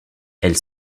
elles